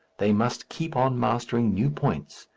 they must keep on mastering new points,